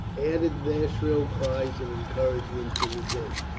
added their shrill cries of encouragement to the din.